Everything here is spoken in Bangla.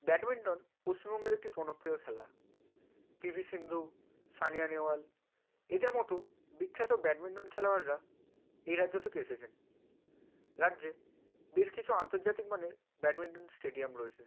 ব্যাডমিন্টন পশ্চিমবঙ্গের একটি জনপ্রিয় খেলা পিভি সিন্ধু সানিয়া নেওয়াল এদের মতো বিখ্যাত ব্যাটমিন্টন খেলোয়াড়রা এই রাজ্য থেকে এসেছেন রাজ্যে বেশ কিছু আন্তর্জাতিক মানের ব্যাটমিন্টন স্টেডিয়াম রয়েছে